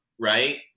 right